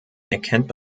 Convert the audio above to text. erkennt